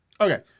Okay